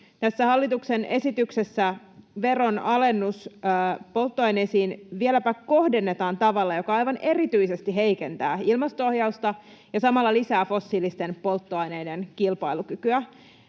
hallituksen esityksessä veronalennus polttoaineisiin vieläpä kohdennetaan tavalla, joka aivan erityisesti heikentää ilmasto-ohjausta ja samalla lisää fossiilisten polttoaineiden kilpailukykyä.